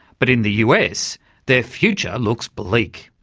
but in the us their future looks bleak.